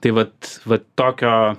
tai vat vat tokio